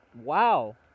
wow